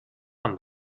amb